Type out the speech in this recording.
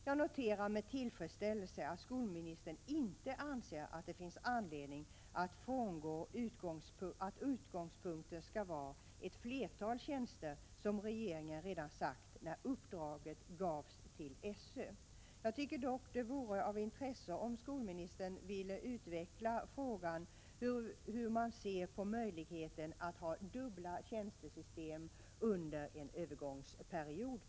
Jag noterar med tillfredsställelse att skolministern inte anser att det finns anledning att frångå förslaget att utgångspunkten skall vara ett flertal tjänster, som regeringen sade när uppdraget gavs till SÖ. Det vore dock av intresse om skolministern ville utveckla frågan hur man ser på möjligheten att ha dubbla tjänstesystem under en övergångsperiod.